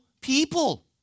people